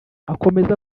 akomeza